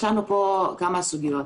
יש לנו פה כמה סוגיות.